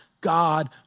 God